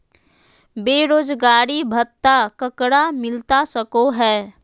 बेरोजगारी भत्ता ककरा मिलता सको है?